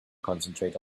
concentrate